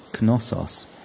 Knossos